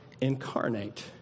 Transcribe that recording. incarnate